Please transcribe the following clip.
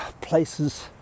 places